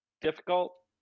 difficult